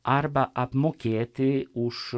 arba apmokėti už